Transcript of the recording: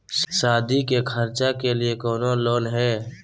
सादी के खर्चा के लिए कौनो लोन है?